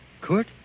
Kurt